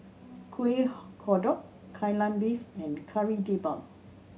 Kueh Kodok Kai Lan Beef and Kari Debal